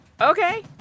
Okay